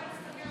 60 נגד.